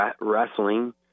wrestling